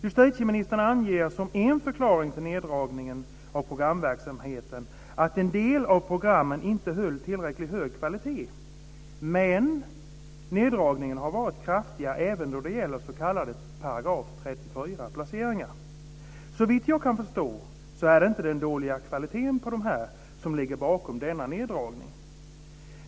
Justitieministern anger som en förklaring till neddragningen av programverksamheten att en del av programmen inte höll tillräckligt hög kvalitet. Men neddragningarna har varit kraftiga även när det gäller s.k. § 34-placeringar. Såvitt jag kan förstå är det inte den dåliga kvaliteten som ligger bakom denna neddragning.